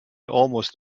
almost